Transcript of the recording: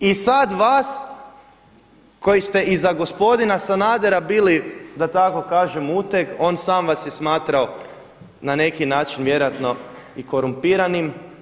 I sada vas koji ste i za gospodina Sanadera bili da tako kažem uteg on sam vas je smatrao na neki način vjerojatno i korumpiranim.